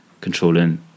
controlling